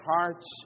hearts